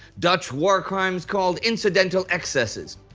dutch war crimes called incidental excesses.